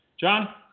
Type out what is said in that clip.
John